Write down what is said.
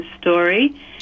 story